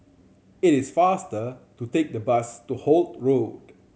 it is faster to take the bus to Holt Road